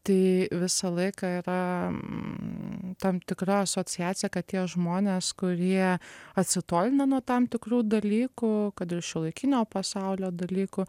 tai visą laiką yra tam tikra asociacija kad tie žmonės kurie atsitolina nuo tam tikrų dalykų kad ir šiuolaikinio pasaulio dalykų